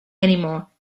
anymore